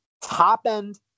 top-end